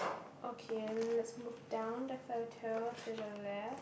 okay then let's move down the photo to the left